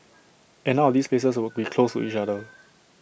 and none of these places would be close to each other